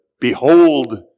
behold